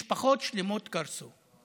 משפחות שלמות קרסו,